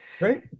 right